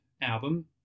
album